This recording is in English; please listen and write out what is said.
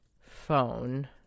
phone